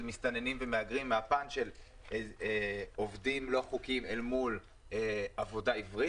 מסתננים ומהגרים מהפן של עובדים לא חוקיים אל מול עבודה עברית,